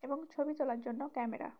এবং ছবি তোলার জন্য ক্যামেরা